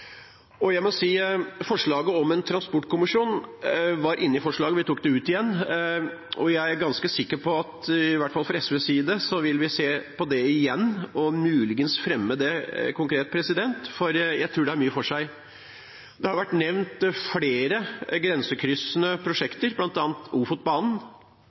igjen. Jeg er ganske sikker på at vi i hvert fall fra SVs side vil se på det igjen og muligens fremme det konkret, for jeg tror det har mye for seg. Det har vært nevnt flere grensekryssende prosjekter, bl.a. Ofotbanen.